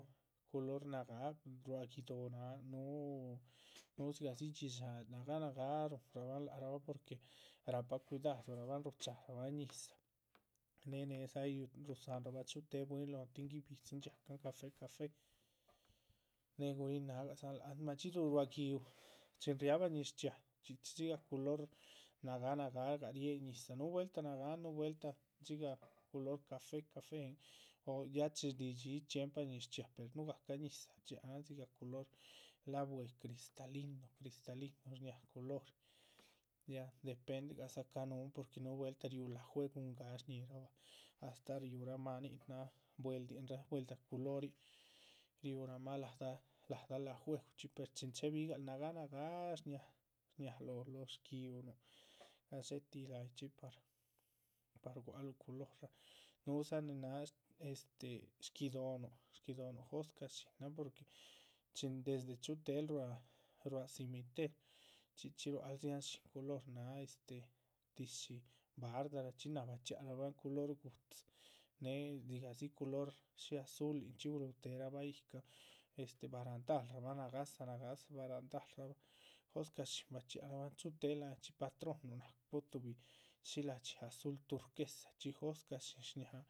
Culor nagáa ruá guido´ náha núhu, núhu dzigahdzi dxíshaa nagáa nagáa rúhunrabhan lac rabah porque rahpa cuidadurabahn, ruchaharabah ñizah, néh néhedza. ay rúhudzanrabah chutéhe bwín lóhon tin ay guibidzin dhxíacahn café café, néhe guríhin nágadzahan lac han, madxídu ruá giúh chin riábah ñiz chxiaa. chxí chxí dzigah culor nagáa nagáagah rié ñizah, núhu vueltah nagáahan núhu vueltah dxigah culor caféhen, o ya chin shdidxiyih chxiempa ñiz chxíaa. pues nuhugacah ñizah shdxiahan dzigah culor la´bue, cristalino, cristalino shñaha culori ya dependezagah cáha núhu porque núhu vueltah riúh. lajueguhn gáa shñíhirabah astáha riúraah máanin náh bweeldinraa, bweelda culorin, riúramah la´dah la´dah lajueguhchxi per chin chéhebigal nagáa nagáa. shñáha lóho shguiúh nuh gadxé tihi layichxi par par gua´c luh culor, núhudza nin náha sh este shguido´nuh shguido´nuhu jóscha shínan porque chin desde. chuhutehel ruá ruá cimintera chxí chxí ruáhal dziahan shín culor náha este, tíshi bardarachxi náha bachxíarabahn culor gu´dzi, néhe dzigahdzi culor. shí azulinchxí guluteherabah yicahn este barandal rabah nagáhsa nagáhsa barandal rabah jóscah shín bachxíaharaban chutéhel lanchxi patrónnuh nacuhu. tuhbi shí la´dxi azul turquesachxí jóscah shín shñahan.